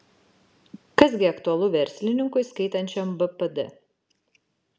kas gi aktualu verslininkui skaitančiam bpd